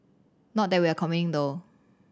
not that we are complaining though